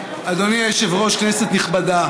אדוני היושב-ראש, כנסת נכבדה,